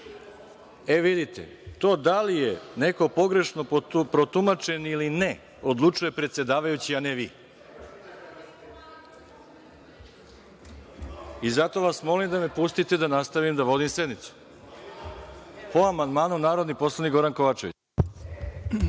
vidite, to da li je neko pogrešno protumačen ili ne, odlučuje predsedavajući, a ne vi. Zato vas molim da me pustite da nastavim da vodim sednicu. Po amandmanu, narodni poslanik Goran Kovačević.